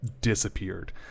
disappeared